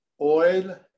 oil